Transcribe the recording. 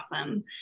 Awesome